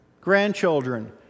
grandchildren